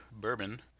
bourbon